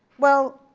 well,